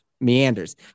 meanders